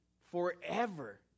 forever